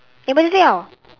emergency how